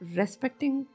respecting